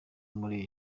muri